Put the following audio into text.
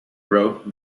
wrote